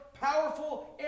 powerful